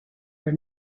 were